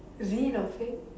real or fake